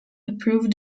approved